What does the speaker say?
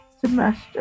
semester